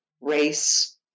race